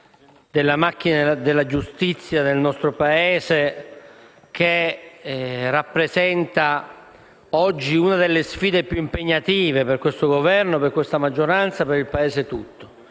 della macchina della giustizia nel nostro Paese, che rappresenta oggi una delle sfide più impegnative per questo Governo, per questa maggioranza e per il Paese tutto.